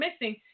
missing